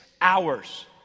hours